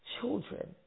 children